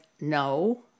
no